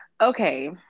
okay